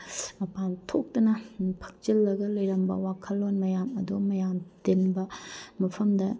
ꯃꯄꯥꯟ ꯊꯣꯛꯇꯅ ꯐꯛꯆꯤꯜꯂꯒ ꯂꯩꯔꯝꯕ ꯋꯥꯈꯜꯂꯣꯟ ꯃꯌꯥꯝ ꯑꯗꯣ ꯃꯌꯥꯝ ꯇꯤꯟꯕ ꯃꯐꯝꯗ